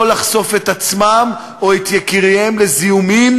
לחשוף את עצמם או את יקיריהם לזיהומים,